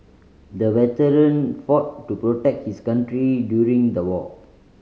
the veteran fought to protect his country during the war